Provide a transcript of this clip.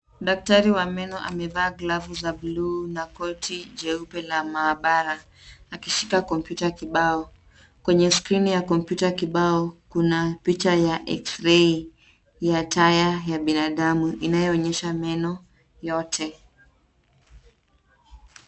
Daktari wa meno amevaa glavu za buluu na koti jeupe la maabara akishika kompyuta kibao. Kwenye skrini ya kompyuta kibao kuna picha ya eksrei ya taya ya binadamu inayoonyesha meno yote.